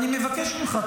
אני מבקש ממך,